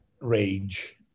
rage